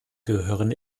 gehören